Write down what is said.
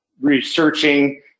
researching